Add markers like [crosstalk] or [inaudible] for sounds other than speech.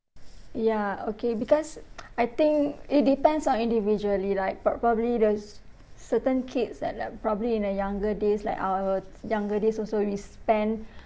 ya okay because [noise] I think it depends on individually like prob~ probably those certain kids at a probably in the younger days like our younger days also we spend [breath]